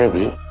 ah me.